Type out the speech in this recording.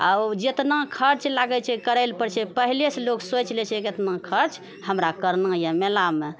आ ओ जेतना खर्च लागैत छै करऽलऽपड़ैत छै पहिलेसँ लोग सोचि लए छै केतना खर्च हमरा करना यऽ मेलामे